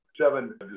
seven